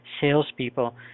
salespeople